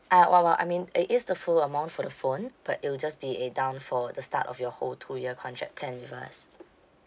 uh wha~ what I mean it is the full amount for the phone but it'll just be a down for the start of your whole two year contract plan with us